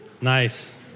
Nice